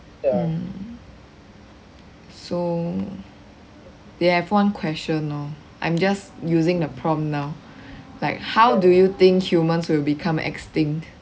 mm so they have one question lor I'm just using the prompt now like how do you think humans will become extinct